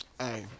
Hey